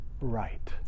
right